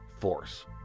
force